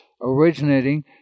originating